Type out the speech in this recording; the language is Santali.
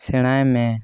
ᱥᱮᱬᱟᱭᱢᱮ